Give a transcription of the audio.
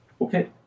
Okay